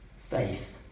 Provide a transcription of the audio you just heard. faith